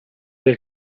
del